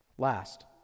last